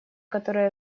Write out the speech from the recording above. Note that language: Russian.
которые